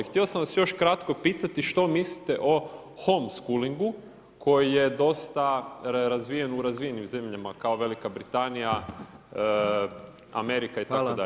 Htio sam vas još kratko pitati što mislite o home sculingu koji je dosta razvijen u razvijenim zemljama kao Velika Britanija, Amerika itd.